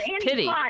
pity